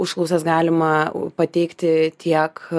užklausas galima pateikti tiek